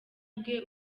bwe